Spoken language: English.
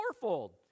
fourfold